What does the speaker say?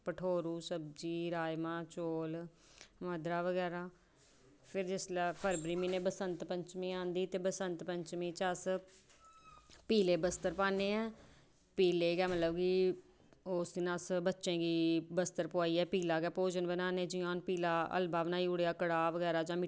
भठोरू सब्ज़ी राजमां चौल मद्धरा बगैरा ते फिर जिसलै फरवरी म्हीनै बसंतपंचमी आंदी ते बसंतपंचमी च अस पीले वस्त्र पाने पीले गै मतलब की उस दिन अस बच्चें गी वस्त्र पैाइयै पीला गै भोजन बनान्ने पीला हलवा होइया जां कड़ाह् बगैरा गै जां